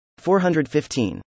415